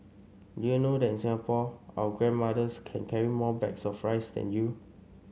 do you know that in Singapore our grandmothers can carry more bags of rice than you